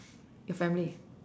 your family